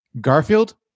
garfield